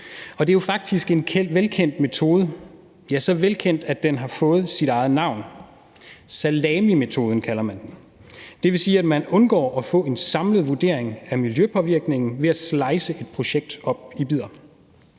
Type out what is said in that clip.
Og det er jo faktisk en velkendt metode – ja, den er så velkendt, at den har fået sit eget navn: Salamimetoden kalder man den. Det vil sige, at man undgår at få en samlet vurdering af miljøpåvirkningen, ved at man slicer et projekt op i bidder.